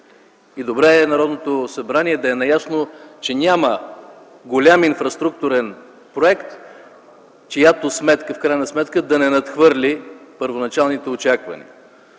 Добре е Народното събрание да е наясно, че няма голям инфраструктурен проект, чиято сметка да не надхвърли първоначалните очаквания,